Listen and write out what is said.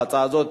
בהצעה הזאת,